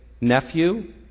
nephew